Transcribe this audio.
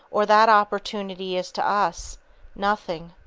or that opportunity is to us nothing.